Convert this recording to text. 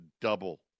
double